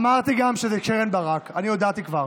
אמרתי גם שזה קרן ברק, הודעתי כבר.